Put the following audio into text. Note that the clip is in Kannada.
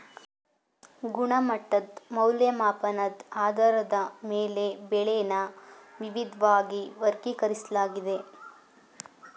ಗುಣಮಟ್ಟದ್ ಮೌಲ್ಯಮಾಪನದ್ ಆಧಾರದ ಮೇಲೆ ಬೆಳೆನ ವಿವಿದ್ವಾಗಿ ವರ್ಗೀಕರಿಸ್ಲಾಗಿದೆ